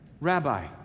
Rabbi